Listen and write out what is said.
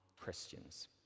Christians